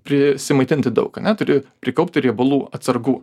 prisimaitinti daug ane turi prikaupti riebalų atsargų